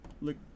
Look